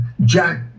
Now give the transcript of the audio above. Jack